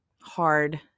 hard